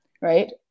right